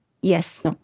Yes